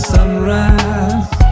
Sunrise